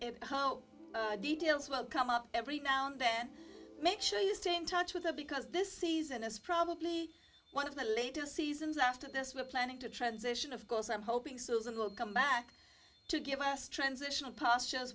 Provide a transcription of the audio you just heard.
website details will come up every now and then make sure you stay in touch with her because this season is probably one of the later seasons after this we're planning to transition of course i'm hoping susan will come back to give us transitional pastures